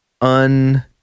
un